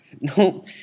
no